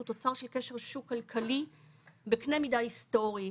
הוא תוצר של קשר שוק כלכלי בקנה מידה היסטורי,